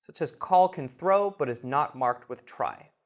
it says call can throw, but it's not marked with try.